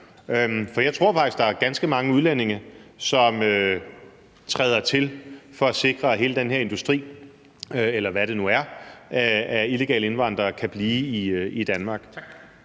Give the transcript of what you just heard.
For jeg tror faktisk, der er ganske mange udlændinge, som træder til for at sikre, at hele den her industri, eller hvad det nu er, af illegale indvandrere kan blive i Danmark.